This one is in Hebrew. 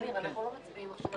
רגע, אמיר, אנחנו לא מצביעים עכשיו?